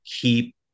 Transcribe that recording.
keep